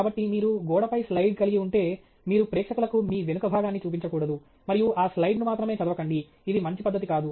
కాబట్టి మీరు గోడపై స్లైడ్ కలిగి ఉంటే మీరు ప్రేక్షకులకు మీ వెనుకభాగాన్ని చూపించకూడదు మరియు ఆ స్లైడ్ను మాత్రమే చదవకండి ఇది మంచి పద్ధతి కాదు